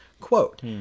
quote